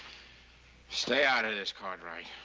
stay out of this, cartwright.